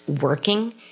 working